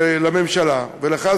ולממשלה ולך,